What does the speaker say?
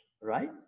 right